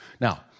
Now